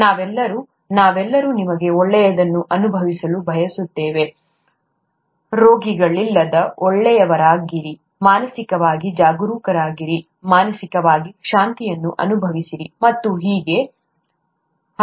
ನಾವೆಲ್ಲರೂ ನಾವೆಲ್ಲರೂ ನಿಮಗೆ ಒಳ್ಳೆಯದನ್ನು ಅನುಭವಿಸಲು ಬಯಸುತ್ತೇವೆ ರೋಗಗಳಿಲ್ಲದೆ ಒಳ್ಳೆಯವರಾಗಿರಿ ಮಾನಸಿಕವಾಗಿ ಜಾಗರೂಕರಾಗಿರಿ ಮಾನಸಿಕವಾಗಿ ಶಾಂತಿಯನ್ನು ಅನುಭವಿಸಿರಿ ಮತ್ತು ಹೀಗೆ ಹಲವು